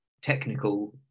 technical